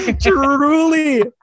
truly